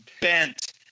bent